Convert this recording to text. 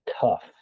tough